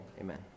Amen